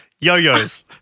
Yo-yos